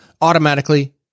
automatically